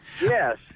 Yes